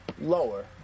lower